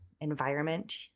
environment